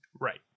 Right